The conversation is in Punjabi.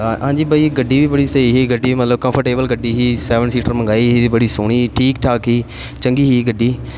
ਹਾਂ ਹਾਂਜੀ ਭਾਅ ਜੀ ਗੱਡੀ ਵੀ ਬੜੀ ਸਹੀ ਸੀ ਗੱਡੀ ਮਤਲਬ ਕੰਫਰਟੇਬਲ ਗੱਡੀ ਸੀ ਸੈਵਨ ਸੀਟਰ ਮੰਗਵਾਈ ਸੀ ਬੜੀ ਸੋਹਣੀ ਠੀਕ ਠਾਕ ਸੀ ਚੰਗੀ ਸੀ ਗੱਡੀ